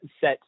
set